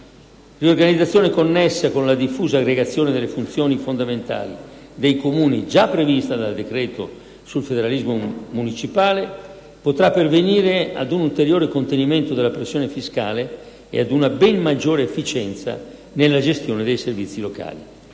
riorganizzazione connessa con la diffusa aggregazione delle funzioni fondamentali dei Comuni, già prevista dal decreto sul federalismo municipale, potrà pervenire ad un ulteriore contenimento della pressione fiscale e ad una ben maggiore efficienza nella gestione dei servizi locali.